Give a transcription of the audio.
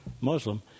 Muslim